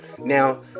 Now